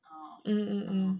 mm mm